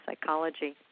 psychology